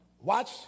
Watch